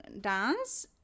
dance